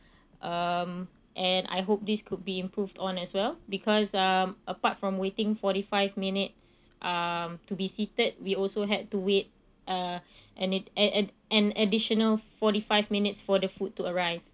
um and I hope this could be improved on as well because um apart from waiting forty five minutes um to be seated we also had to wait uh and it an an an additional forty five minutes for the food to arrive